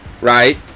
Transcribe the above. right